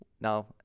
Now